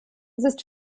ist